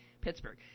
Pittsburgh